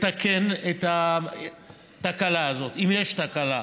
לתקן את התקלה הזאת, אם יש תקלה.